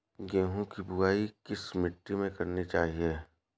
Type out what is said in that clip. गेहूँ की बुवाई किस मिट्टी में करनी चाहिए?